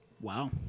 wow